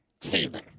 Taylor